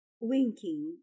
winking